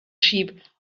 sheep